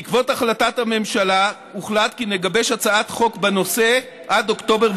בעקבות החלטת הממשלה הוחלט כי נגבש הצעת חוק בנושא עד אוקטובר,